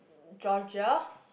Georgia